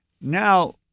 Now